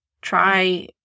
try